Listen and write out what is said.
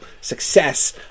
success